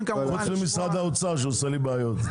--- משרד האוצר שעושה לי בעיות.